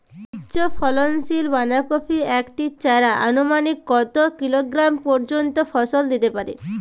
উচ্চ ফলনশীল বাঁধাকপির একটি চারা আনুমানিক কত কিলোগ্রাম পর্যন্ত ফলন দিতে পারে?